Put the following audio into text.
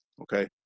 Okay